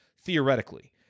theoretically